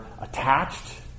attached